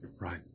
Right